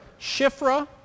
Shifra